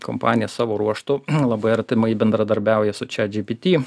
kompanija savo ruožtu labai artimai bendradarbiauja su chatgpt